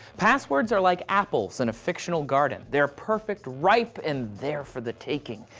passwords are like apples in a fictional garden, they're perfect, ripe, and there for the taking,